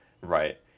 right